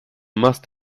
must